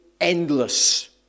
endless